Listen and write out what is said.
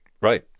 Right